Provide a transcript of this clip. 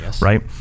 right